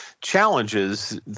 challenges